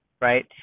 right